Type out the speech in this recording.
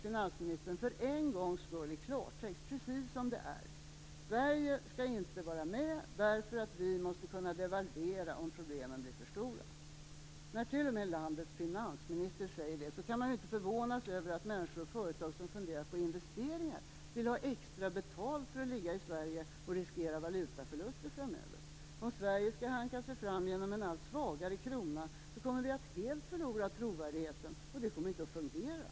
Finansministern sade faktiskt för en gångs skull i klartext precis som det är: Sverige skall inte vara med därför att vi måste kunna devalvera om problemen blir för stora. När t.o.m. landets finansminister säger det kan man inte förvånas över att människor och företag som funderar på investeringar vill ha extra betalt för att riskera valutaförluster i Sverige. Om Sverige skall hanka sig fram genom en allt svagare krona kommer vi helt att förlora trovärdigheten, och det kommer inte att fungera.